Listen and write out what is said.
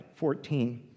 14